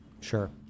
Sure